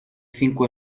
cinco